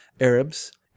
Arabs